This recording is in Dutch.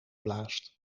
blaast